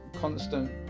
constant